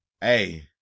Hey